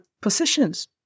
positions